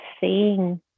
seeing